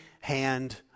hand